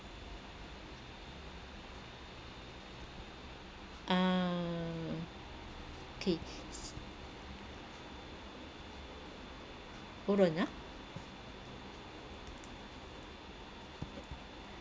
ah K hold on ah